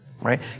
right